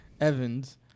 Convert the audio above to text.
Evans